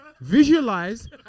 visualize